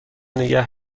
نگه